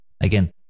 again –